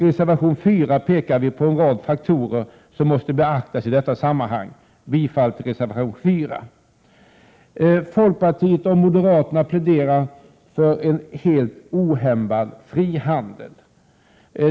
I reservation 4 pekar vi på en rad faktorer som måste beaktas i detta sammanhang. Jag yrkar bifall till denna reservation. Folkpartiet och moderaterna pläderar för en helt ohämmad frihandel.